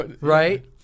Right